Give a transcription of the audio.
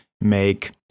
make